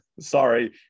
Sorry